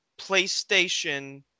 PlayStation